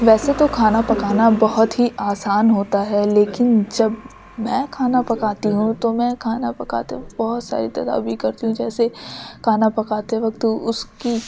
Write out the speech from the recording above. ویسے تو کھانا پکانا بہت ہی آسان ہوتا ہے لیکن جب میں کھانا پکاتی ہوں تو میں کھانا پکاتے وقت بہت ساری تدابیر کرتی ہوں جیسے کھانا پکاتے وقت اس کی